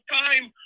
time